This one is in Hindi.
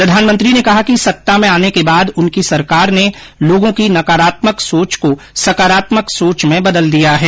प्रधानमंत्री ने कहा कि सत्ताओ में आने के बाद उनकी सरकार ने लोगों की नकारात्मक सोच को सकारात्मक सोच में बदल दिया है